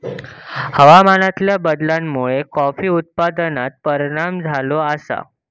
हवामानातल्या बदलामुळे कॉफी उत्पादनार परिणाम झालो आसा